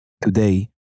Today